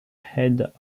head